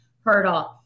hurdle